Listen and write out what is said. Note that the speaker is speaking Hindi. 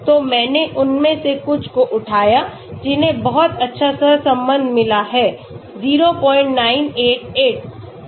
तो मैंने उनमें से कुछ को उठाया जिन्हें बहुत अच्छा सहसंबंध मिला है 0988